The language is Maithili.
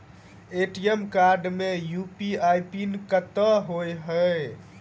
ए.टी.एम कार्ड मे यु.पी.आई पिन कतह होइ है?